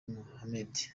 mohammed